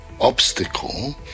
obstacle